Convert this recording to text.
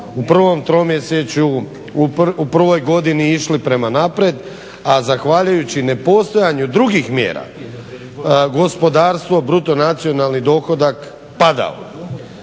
u prvom tromjesečju, u prvoj godini išli prema naprijed, a zahvaljujući nepostojanju drugih mjera gospodarstvo, bruto nacionalni dohodak padao.